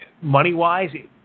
money-wise